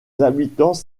habitants